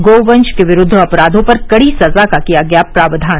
गो वंश के विरूद्व अपराधों पर कड़ी सजा का किया गया प्रावधान